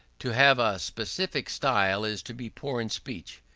to have a specific style is to be poor in speech.